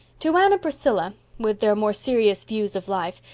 to anne and priscilla, with their more serious views of life,